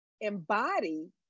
embody